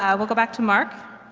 um we'll go back to mark.